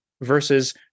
versus